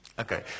Okay